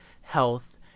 health